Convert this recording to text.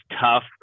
tough